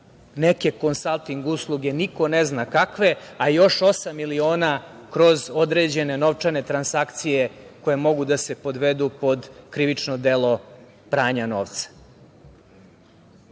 neke konsalting usluge. Niko ne zna kakve, a još osam miliona kroz određene novčane transakcije koje mogu da se podvedu pod krivično delo pranja novca.I